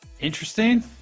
interesting